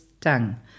tongue